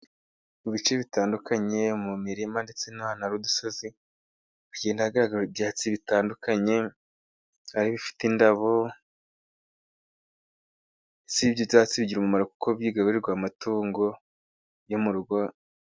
Mu bice bitandukanye mu mirima, ndetse n'ahantu hari udusozi hagenda hagaragara ibyatsi bitandukanye ari ibifite indabyo, ibyo byatsi bigira umumaro kuko bigarurirwa amatungo yo mu rugo.